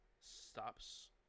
stops